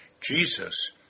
Jesus